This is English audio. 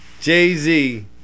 Jay-Z